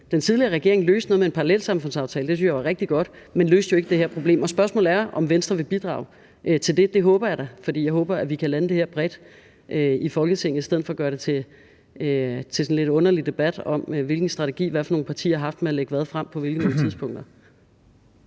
Den tidligere regering løste noget i forbindelse med en parallelsamfundsaftale, og det synes jeg er rigtig godt, men man løste jo ikke det her problem. Spørgsmålet er, om Venstre vil bidrage til det, og det håber jeg da, for jeg håber, at vi kan lande det her bredt i Folketinget i stedet for at gøre det til en lidt underlig debat om, hvilken strategi hvad for nogle partier har haft for at lægge hvad frem på hvilke tidspunkter.